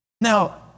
Now